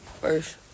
first